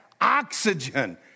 oxygen